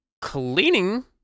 cleaning